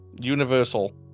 Universal